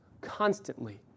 constantly